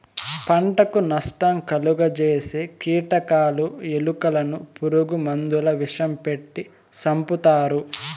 పంటకు నష్టం కలుగ జేసే కీటకాలు, ఎలుకలను పురుగు మందుల విషం పెట్టి సంపుతారు